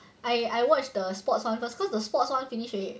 I I watch the sports one first cause the sports one finish already